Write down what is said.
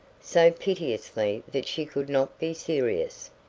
so piteously that she could not be serious.